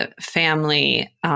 family